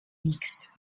mixte